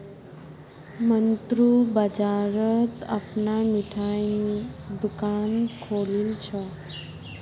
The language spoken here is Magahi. मन्नू बाजारत अपनार मिठाईर दुकान खोलील छ